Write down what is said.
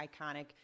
iconic